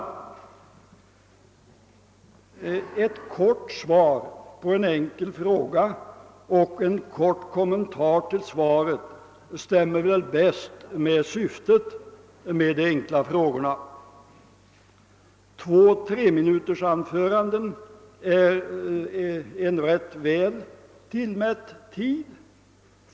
Ett kort svar på en enkel fråga och en kort kommentar till svaret stämmer väl bäst med syftet med frågeinstitutet. Två treminutersanföranden är en rätt väl tillmätt tid.